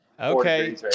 okay